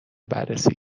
بررسی